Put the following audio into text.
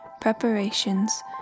preparations